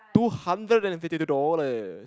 two hundred and fifty dollars